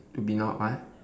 to be not what